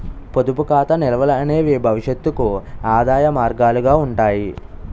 పొదుపు ఖాతా నిల్వలు అనేవి భవిష్యత్తుకు ఆదాయ మార్గాలుగా ఉంటాయి